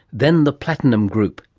then the platinum group,